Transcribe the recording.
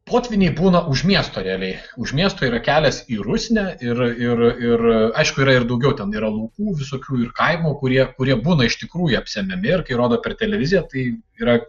potvyniai būna už miesto realiai už miesto yra kelias į rusnę ir ir ir aišku yra ir daugiau ten yra laukų visokių ir kaimų kurie kurie būna iš tikrųjų apsemiami ir kai rodo per televiziją tai yra